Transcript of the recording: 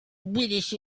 british